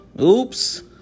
oops